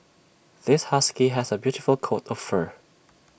this husky has A beautiful coat of fur